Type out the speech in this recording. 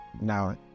Now